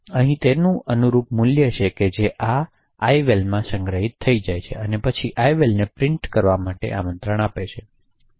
અહીં તેનું અનુરૂપ મૂલ્ય છે જે આ મૂલ્ય છે જે ival માં સંગ્રહિત થઈ જાય છે અને પછી ival ને પ્રિન્ટ કરવા માટે આમંત્રણ આપે છે